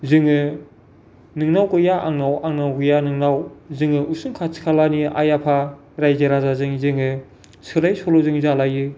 जोङो नोंनाव गैया आंनाव आंनाव गैया नोंनाव जोङो उसुं खाथि खालानि आइ आफा राइजो राजाजों जोङो सोलाय सोल' जों जालायो